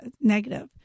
negative